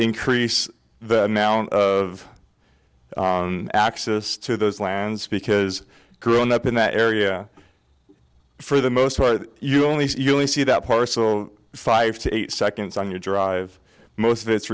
increase the amount of axis to those lands because growing up in that area for the most you only you only see that parcel five to eight seconds on your drive most of it's